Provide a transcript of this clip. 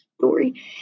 story